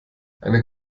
eine